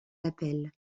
appelle